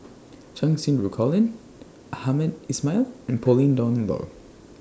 Cheng Xinru Colin Hamed Ismail and Pauline Dawn Loh